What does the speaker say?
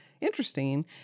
interesting